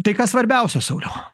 tai kas svarbiausia sauliau